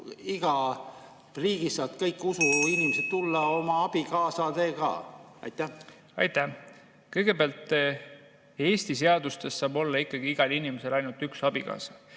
igast riigist saaksid kõik usuinimesed tulla oma abikaasadega. Aitäh! Kõigepealt, Eesti seaduste järgi saab olla ikkagi igal inimesel ainult üks abikaasa.